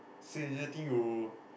so do you think you